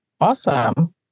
Awesome